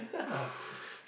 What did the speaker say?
yeah